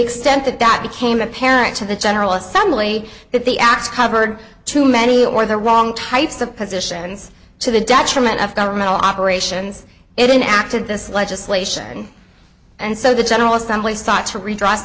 extent that that became apparent to the general assembly that the acts covered too many or the wrong types of positions to the detriment of governmental operations it in acted this legislation and so the general assembly sought to redress